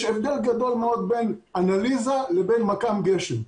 יש הבדל גדול מאוד בין אנליזה לבין מכ"ם גשם.